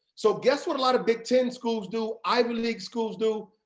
so guess what a lot of big ten schools do, ivy league schools do,